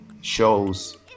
shows